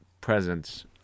presence